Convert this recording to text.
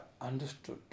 understood